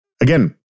again